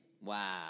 Wow